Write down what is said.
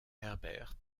herbert